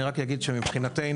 אני רק אגיד שגם מבחינתנו,